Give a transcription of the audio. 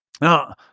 Now